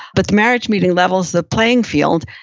but the marriage meeting levels the playing field.